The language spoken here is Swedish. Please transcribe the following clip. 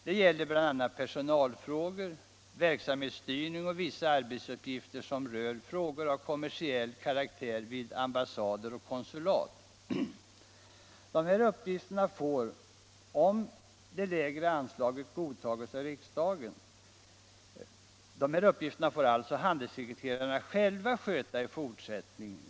Det gäller bl.a. personalfrågor, verksamhetsstyrning och vissa arbetsuppgifter som rör frågor av kommersiell karaktär vid ambassader och konsulat. De här uppgifterna får, om det lägre anslaget godtages av riksdagen, handelssekreterarna själva sköta i fortsättningen.